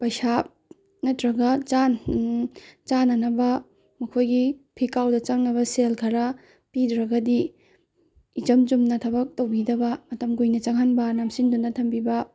ꯄꯩꯁꯥ ꯅꯠꯇ꯭ꯔꯒ ꯆꯥꯅꯅꯕ ꯃꯈꯣꯏꯒꯤ ꯐꯤꯀꯥꯎꯗ ꯆꯪꯅꯕ ꯁꯦꯜ ꯈꯔ ꯄꯤꯗ꯭ꯔꯒꯗꯤ ꯏꯆꯝ ꯆꯨꯝꯅ ꯊꯕꯛ ꯇꯧꯕꯤꯗꯕ ꯃꯇꯝ ꯀꯨꯏꯅ ꯆꯪꯍꯟꯕ ꯅꯝꯁꯤꯟꯗꯨꯅ ꯊꯝꯕꯤꯕ